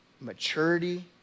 maturity